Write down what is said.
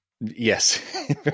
yes